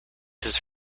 his